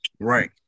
Right